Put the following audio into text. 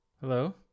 hello